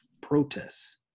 protests